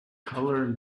color